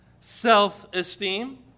self-esteem